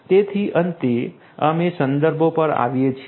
તેથી અંતે અમે સંદર્ભો પર આવીએ છીએ